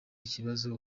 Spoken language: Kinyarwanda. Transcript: ikibazo